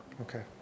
Okay